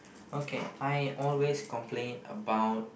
okay I always complain about